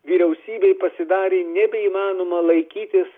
vyriausybei pasidarė nebeįmanoma laikytis